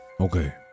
Okay